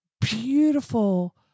beautiful